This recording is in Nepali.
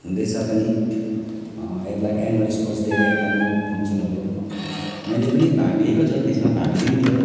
हुँदैछ पनि एन्युल स्पोर्ट्स डे एन्युल फङ्सनहरू मैले पनि भाग लिएको छ त्यसमा भाग लिन्थ्यो